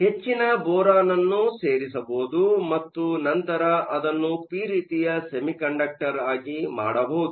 ಆದ್ದರಿಂದ ಹೆಚ್ಚಿನ ಬೋರಾನ್ ಅನ್ನು ಸೇರಿಸಬಹುದು ಮತ್ತು ನಂತರ ಅದನ್ನು ಪಿ ರೀತಿಯ ಸೆಮಿಕಂಡಕ್ಟರ್ ಆಗಿ ಮಾಡಬಹುದು